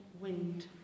wind